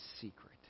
secret